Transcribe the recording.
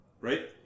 right